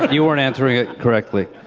but you weren't answering it correctly.